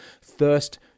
thirst